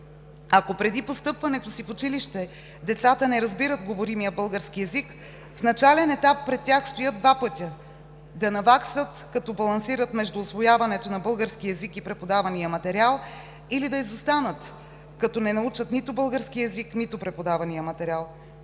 Ако преди постъпването си в училище децата не разбират говоримия български език в начален етап, пред тях стоят два пътя – да наваксат, като балансират между усвояването на българския език и преподавания материал или да изостанат, като не научат нито български език, нито преподавания материал.